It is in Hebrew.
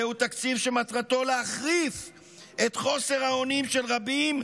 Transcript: זהו תקציב שמטרתו להחריף את חוסר האונים של רבים,